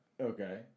Okay